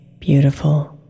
beautiful